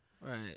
right